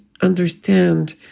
understand